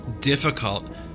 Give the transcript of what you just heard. difficult